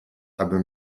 abym